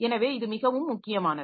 எனவே இது மிகவும் முக்கியமானது